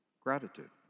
gratitude